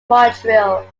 montreal